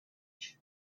refuge